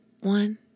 one